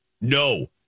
No